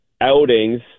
outings